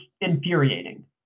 infuriating